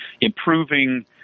improving